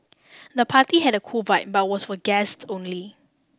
the party had a cool vibe but was for guests only